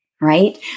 right